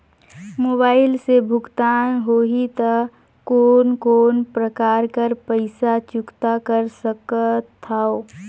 Mobile से भुगतान होहि त कोन कोन प्रकार कर पईसा चुकता कर सकथव?